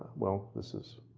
well this is